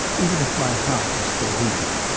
even if my heart is still beating.